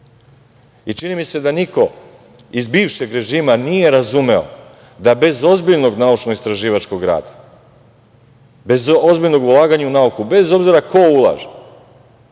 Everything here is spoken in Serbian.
mi se da niko iz bivšeg režima nije razumeo da bez ozbiljnog naučno-istraživačkog rada, bez ozbiljnog ulaganja u nauku, bez obzira ko ulaže,